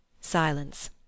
Silence